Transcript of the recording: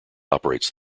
operates